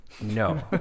No